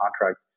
contract